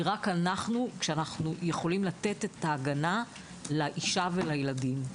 כי רק אנחנו יכולים לתת את ההגנה לאישה ולילדים.